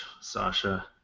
Sasha